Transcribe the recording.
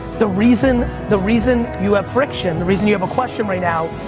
the reason the reason you have friction, the reason you have a question right now,